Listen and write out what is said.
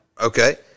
okay